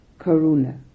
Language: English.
Karuna